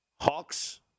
Hawks